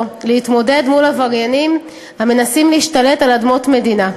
להתמודד מול עבריינים המנסים להשתלט על אדמות מדינה.